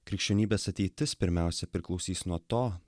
krikščionybės ateitis pirmiausia priklausys nuo to